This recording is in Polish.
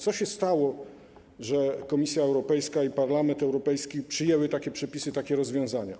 Co się stało, że Komisja Europejska i Parlament Europejski przyjęły takie przepisy, takie rozwiązania?